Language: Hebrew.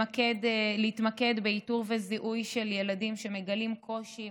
להתמקד באיתור וזיהוי של ילדים שמגלים קושי,